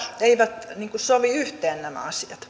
eivät sovi yhteen nämä asiat